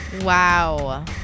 Wow